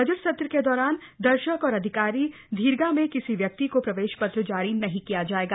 budget सत्र का दौरान दर्शक और अधिकारी दीर्घा में किसी व्यक्ति को प्रवध्वा पत्र जारी नहीं किया जाएगा